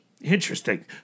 Interesting